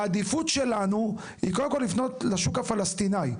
העדיפות שלנו היא קודם כל לפנות לשוק הפלסטיני,